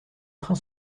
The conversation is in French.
trains